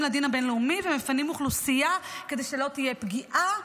לדין הבין-לאומי ומפנים אוכלוסייה כדי שלא תהיה פגיעה,